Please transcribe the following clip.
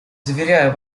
заверяю